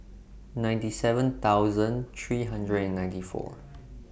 ninety seven thousand three hundred and ninety four